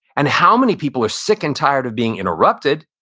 and how many people are sick and tired of being interrupted?